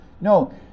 No